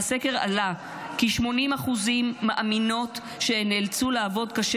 מהסקר עלה כי 80% מאמינות שהן נאלצו לעבוד קשה